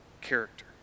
character